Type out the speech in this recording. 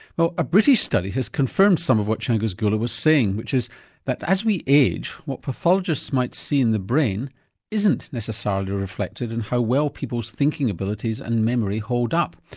well a british study has confirmed some of what changiz geula was saying, which is that as we age, what pathologists might see in the brain isn't necessarily reflected in how well people's thinking abilities and memory hold up.